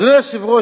אדוני היושב-ראש,